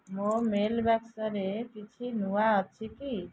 ମୋ ମେଲ୍ ବାକ୍ସରେ କିଛି ନୂଆ ଅଛି କି